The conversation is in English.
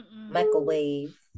microwave